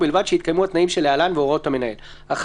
ובלבד שיתקיימו התנאים שלהלן והוראות המנהל: (1)